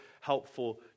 helpful